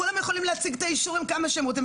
כולם יכולים להציג את האישורים כמה שהם רוצים,